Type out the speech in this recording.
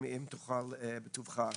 אם תוכל בטובך.